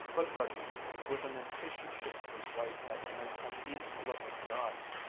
but grudgingly, with an impatient shake of his white head and an uneasy look in his eyes.